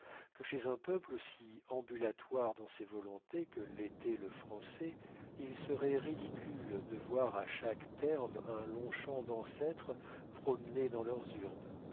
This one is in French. que chez un peuple aussi ambulatoire dans ses volontés que l'était le français il serait ridicule de voir à chaque terme un longchamp d'ancêtres promenés dans leurs urnes